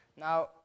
Now